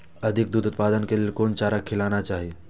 अधिक दूध उत्पादन के लेल कोन चारा खिलाना चाही?